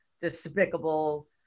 despicable